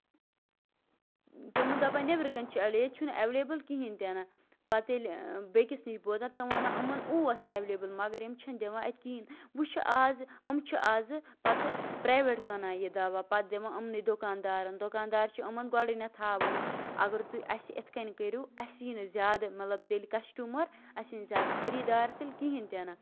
تِم دَپان نیبرٕ کنۍ چھُ ایویلیبٔل ییٚتہِ چھُنہٕ ایویلیبٔل کِہینۍ تہِ نہٕ پَتہٕ ییٚلہِ بیٚیہِ کِس نِش بوزان تِم وَنان یِمَن اوس ایویلیبٔل مَگر یِم چھِنہٕ دِوان اَتہِ کِہینۍ وۄنۍ چھِ آز یِم چھِ آزٕ پَتہٕ پریویٹ کٕنان یہِ دوا پَتہٕ دِوان یِمنٕے دُکان دارَن دُکان دار چھِ یِمَن گۄڈٕنیٹھ تھاوان ؤنِتھ اَگر تُہۍ اَسہِ یِتھ کَنۍ کٔرو اَسہِ یہِ نہٕ زیادٕ مطلب تیٚلہِ کَسٹٔمَر اَسہِ یِن زیادٕ خٔریٖدار تیٚلہِ کِہینۍ تہِ نہٕ